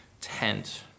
tent